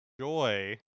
joy